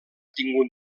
tingut